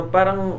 Parang